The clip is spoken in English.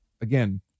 again